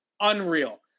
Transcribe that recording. Unreal